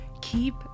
Keep